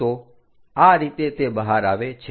તો આ રીતે તે બહાર આવે છે